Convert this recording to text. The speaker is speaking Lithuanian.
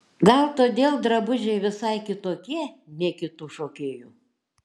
gal todėl drabužiai visai kitokie ne kitų šokėjų